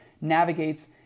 navigates